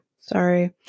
sorry